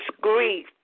grief